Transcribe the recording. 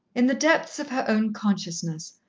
in the depths of her own consciousness,